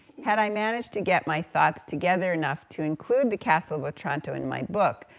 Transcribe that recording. had i managed to get my thoughts together enough to include the castle of otranto in my book,